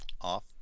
Off